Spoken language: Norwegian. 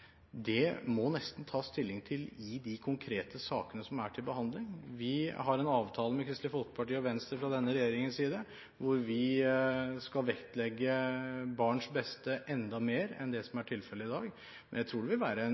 Det må nesten tas stilling til i de konkrete sakene som er til behandling. Denne regjeringen har en avtale med Kristelig Folkeparti og Venstre, hvor vi skal vektlegge barns beste enda mer enn det som er tilfelle i dag, men jeg tror det vil være en